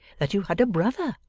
that you had a brother,